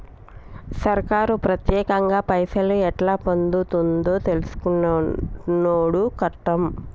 సర్కారు పత్యేకంగా పైసలు ఎట్లా పొందుతుందో తెలుసుకునుడు కట్టం